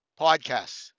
podcasts